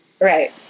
Right